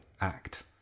act